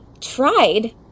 tried